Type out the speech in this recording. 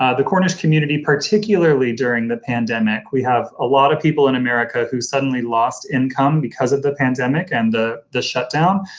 ah the cornish community, particularly during the pandemic, we have a lot of people in america who suddenly lost income because of the pandemic and the the shutdown.